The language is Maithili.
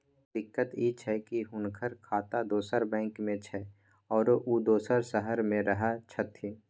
दिक्कत इ छै की हुनकर खाता दोसर बैंक में छै, आरो उ दोसर शहर में रहें छथिन